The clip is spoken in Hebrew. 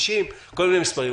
50,000 וכל מיני מספרים.